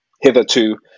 hitherto